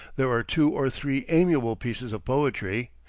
there are two or three amiable pieces of poetry,